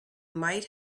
might